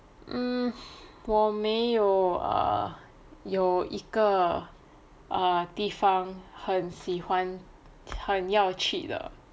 嗯我没有 err 有一个 err 地方很喜欢很要去的